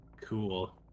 Cool